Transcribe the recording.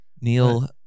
Neil